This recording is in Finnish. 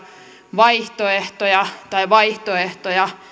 vaihtoehtoja tai vaihtoehtoja